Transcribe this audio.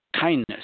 Kindness